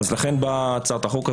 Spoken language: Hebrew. לכן באה הצעת החוק הזאת,